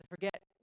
forget